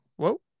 whoa